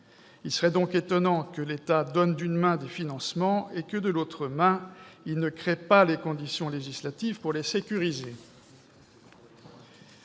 Il serait donc étonnant que l'État donne d'une main des financements et que, de l'autre, il ne crée pas les conditions législatives pour les sécuriser.